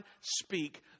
speak